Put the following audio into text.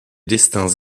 destins